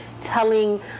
telling